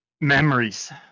Memories